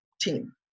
team